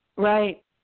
Right